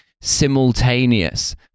simultaneous